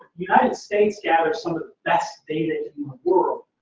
united states gathers some of the best data in the world.